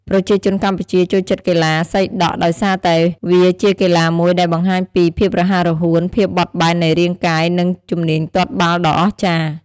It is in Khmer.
ប្រជាជនកម្ពុជាចូលចិត្តកីឡាសីដក់ដោយសារតែវាជាកីឡាមួយដែលបង្ហាញពី ភាពរហ័សរហួន ភាពបត់បែននៃរាងកាយ និង ជំនាញទាត់បាល់ដ៏អស្ចារ្យ។